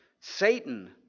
Satan